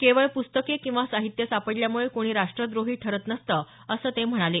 केवळ प्रस्तके किंवा साहित्य सापडल्यामुळे कोणी राष्ट्रद्रोही ठरत नसतं असं ते म्हणाले